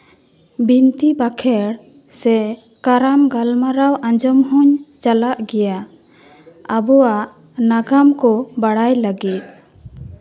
ᱵᱤᱱᱛᱤ ᱵᱟᱸᱠᱷᱮᱲ ᱥᱮ ᱠᱟᱨᱟᱢ ᱜᱟᱞᱢᱟᱨᱟᱣ ᱟᱸᱡᱚᱢᱤᱧ ᱪᱟᱞᱟᱜ ᱜᱮᱭᱟ ᱟᱵᱚᱣᱟᱜ ᱱᱟᱜᱟᱢ ᱠᱚ ᱵᱟᱲᱟᱭ ᱞᱟᱹᱜᱤᱫ